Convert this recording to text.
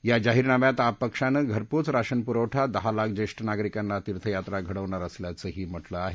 या जाहिनाम्यात आप पक्षानं घरपोच राशन पुरवठा दहा लाख ज्येष्ठ नागरिकांना तीर्थयात्रा घडवणार असल्याचंही म्हटलं आहे